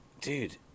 dude